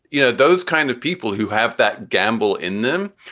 you know, those kind of people who have that gamble in them,